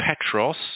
Petros